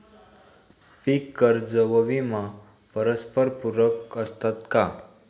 पीक कर्ज व विमा परस्परपूरक असतात का?